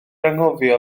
anghofio